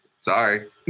sorry